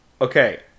Okay